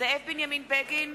זאב בנימין בגין,